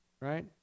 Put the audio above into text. Right